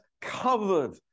covered